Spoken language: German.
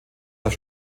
das